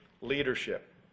leadership